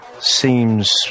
seems